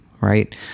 right